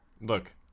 look